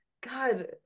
God